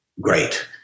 Great